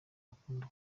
bakunda